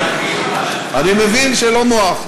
אני מבין שלא נוח.